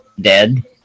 dead